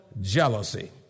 jealousy